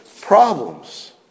problems